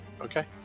Okay